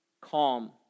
calm